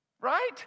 Right